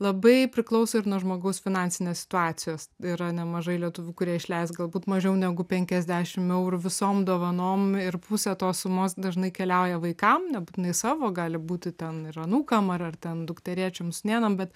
labai priklauso ir nuo žmogaus finansinės situacijos yra nemažai lietuvių kurie išleis galbūt mažiau negu penkiasdešim eurų visom dovanom ir pusė tos sumos dažnai keliauja vaikam nebūtinai savo gali būti ten ir anūkam ar ar ten dukterėčiom sūnėnam bet